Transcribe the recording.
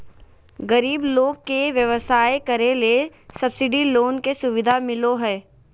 गरीब लोग के व्यवसाय करे ले सब्सिडी लोन के सुविधा मिलो हय